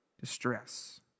distress